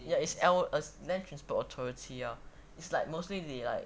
ya it's land transport authority ya it's like mostly they like